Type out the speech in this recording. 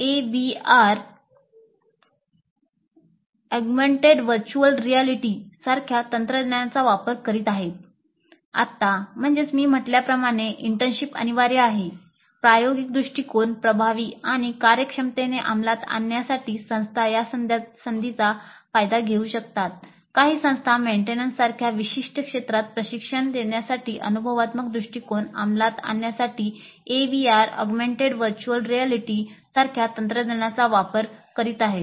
आता यासारख्या विशिष्ट क्षेत्रात प्रशिक्षण देण्यासाठी अनुभवात्मक दृष्टिकोन अंमलात आणण्यासाठी एव्हीआर ऑगमेंटेड व्हर्च्युअल रिअल्टी सारख्या तंत्रज्ञानाचा वापर करीत आहेत